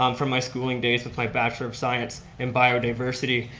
um from my schooling days with my bachelor of science in biodiversity,